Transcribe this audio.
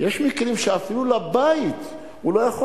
יש מקרים שאפילו אל הבית הוא לא יכול